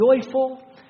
joyful